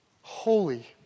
holy